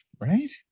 right